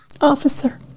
Officer